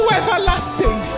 everlasting